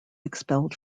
expelled